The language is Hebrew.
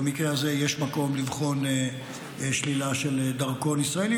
במקרה הזה יש מקום לבחון שלילה של דרכון ישראלי,